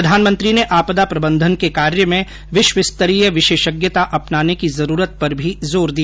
प्रधानमंत्री ने आपदा प्रबंधन के कार्य में विश्वस्तरीय विशेषज्ञता अपनाने की जरूरत पर भी जोर दिया